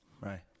Right